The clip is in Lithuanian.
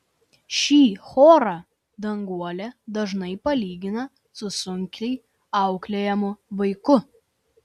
šį chorą danguolė dažnai palygina su sunkiai auklėjamu vaiku